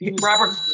Robert